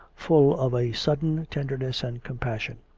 full of a sudden tenderness and compassion.